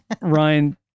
Ryan